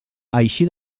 així